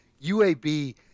UAB